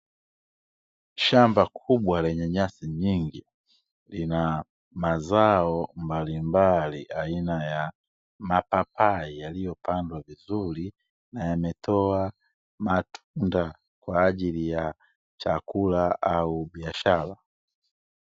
Shamba kubwa lenye nyasi nyingi lina mazao mbalimbali aina ya mapapai yaliyopandwa vizuri, na yametoa matunda kwa ajili ya chakula au biashara.